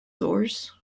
source